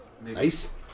Nice